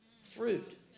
Fruit